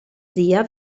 zia